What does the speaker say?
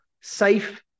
safe